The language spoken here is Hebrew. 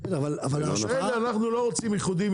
כן למעלה כן כרגע אנחנו לא רוצים איחודים,